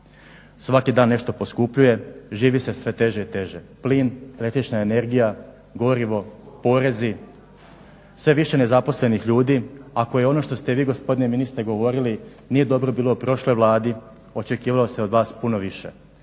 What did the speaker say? Svaki dan nešto poskupljuje, živi se sve teže i teže. Plin, električna energija, gorivo, porezi, sve je više nezaposlenih ljudi. Ako je ono što ste vi gospodine ministre govorili nije dobro bilo u prošloj Vladi očekivalo se od vas puno više.